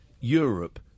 Europe